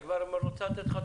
היא כבר רוצה לענות לך.